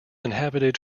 inhabited